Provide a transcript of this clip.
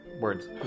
words